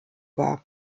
gab